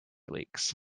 leaks